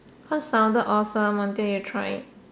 what sounded awesome until you try it